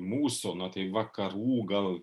mūsų nu vakarų gal